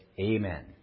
Amen